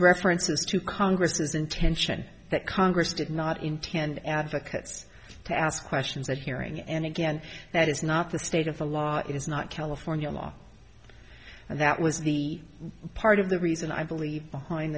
references to congress's intention that congress did not intend advocates to ask questions at hearing and again that is not the state of the law it is not california law and that was the part of the reason i believe behind